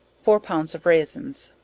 four pounds of raisins.